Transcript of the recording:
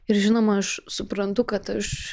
ir žinoma aš suprantu kad aš